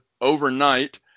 overnight